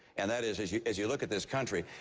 and that is as you as you look at this country,